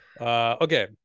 okay